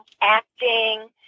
acting